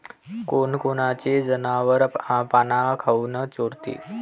कोनकोनचे जनावरं पाना काऊन चोरते?